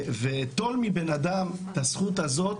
טול מבן אדם את הזכות הזאת,